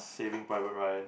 saving private Ryan